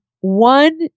one